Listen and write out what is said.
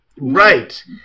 Right